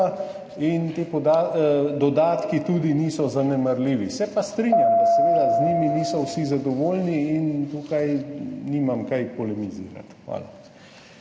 in ti dodatki niso zanemarljivi. Se pa strinjam, da seveda z njimi niso vsi zadovoljni in tukaj nimam kaj polemizirati. Hvala.